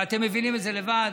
ואתם מבינים את זה לבד,